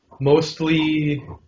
mostly